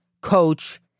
coach